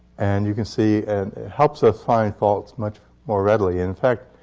and you can see and it helps us find faults much more readily. in fact,